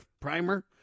primer